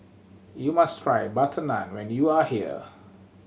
you must try butter naan when you are here